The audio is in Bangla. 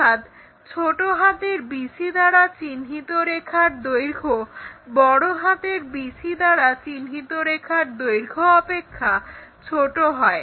অর্থাৎ ছোট হাতের bc দ্বারা চিহ্নিত রেখার দৈর্ঘ্য বড় হাতের BC দ্বারা চিহ্নিত রেখার দৈর্ঘ্য অপেক্ষা ছোট হয়